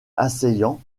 assaillants